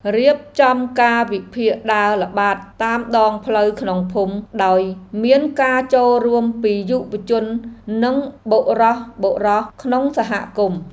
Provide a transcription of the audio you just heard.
រៀបចំកាលវិភាគដើរល្បាតតាមដងផ្លូវក្នុងភូមិដោយមានការចូលរួមពីយុវជននិងបុរសៗក្នុងសហគមន៍។